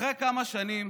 אחרי כמה שנים